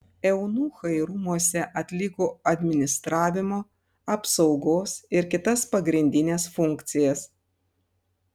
eunuchai rūmuose atliko administravimo apsaugos ir kitas pagrindines funkcijas